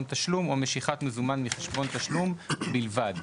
תשלום או משיכת מזומן מחשבון תשלום בלבד.